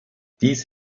dies